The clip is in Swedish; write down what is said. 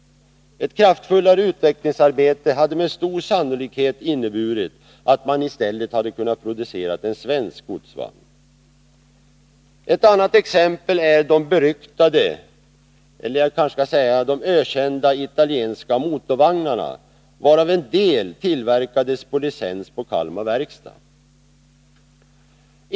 Ett kraftfullare utvecklingsarbete hade med stor sannolikhet inneburit att man i stället hade kunnat producera en svensk godsvagn. Ett annat exempel är de beryktade — jag kanske skall säga ökända — italienska motorvagnarna, varav en del tillverkades på licens på Kalmar Verkstad.